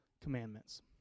commandments